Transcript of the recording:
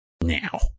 now